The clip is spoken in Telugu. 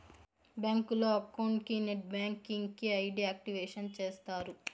బ్యాంకులో అకౌంట్ కి నెట్ బ్యాంకింగ్ కి ఐ.డి యాక్టివేషన్ చేస్తారు